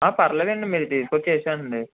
పర్లేదండి మీరు తీసుకు వచ్చి వేయండి